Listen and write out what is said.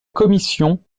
commission